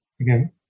again